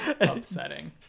upsetting